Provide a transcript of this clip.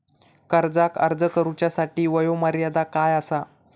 कर्जाक अर्ज करुच्यासाठी वयोमर्यादा काय आसा?